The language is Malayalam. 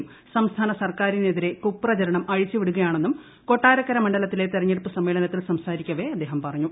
യും സംസ്ഥാന സർക്കാരിനെതിരെ അഴിച്ചുവിടുകയാണെന്നും കൊട്ടാരക്കര കുപ്രചരണം മണ്ഡലത്തിലെ തിരഞ്ഞെടുപ്പ് സമ്മേളനത്തിൽ സംസാരിക്കവെ അദ്ദേഹം പറഞ്ഞു